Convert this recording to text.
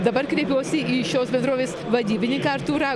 dabar kreipiuosi į šios bendrovės vadybininką artūrą